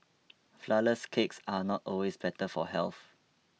Flourless Cakes are not always better for health